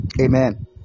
Amen